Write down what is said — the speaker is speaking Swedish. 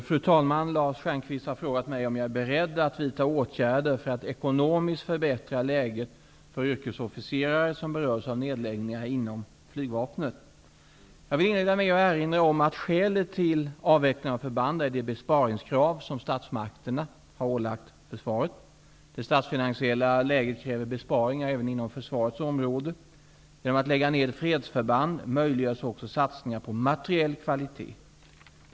Fru talman! Lars Stjernkvist har frågat mig om jag är beredd att vidta åtgärder för att ekonomiskt förbättra läget för yrkesofficerare som berörs av nedläggningar inom flygvapnet. Jag vill inleda med att erinra om att skälet till avvecklingen av förband är de besparingskrav som statsmakterna har ålagt försvaret. Det statsfinansiella läget kräver besparingar även inom försvarets område. Genom att man lägger ned fredsförband, möjliggörs också satsningar på materiell kvalitet.